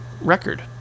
record